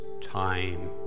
time